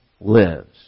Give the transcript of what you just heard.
lives